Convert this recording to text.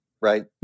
right